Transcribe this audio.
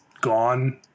gone